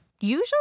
usually